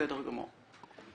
בסדר גמור.